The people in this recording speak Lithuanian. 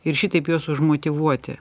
ir šitaip juos užmotyvuoti